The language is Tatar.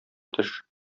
төш